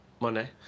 Monday